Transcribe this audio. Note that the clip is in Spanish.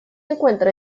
encuentra